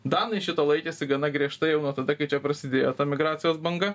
danai šito laikėsi gana griežtai jau nuo tada kai čia prasidėjo emigracijos banga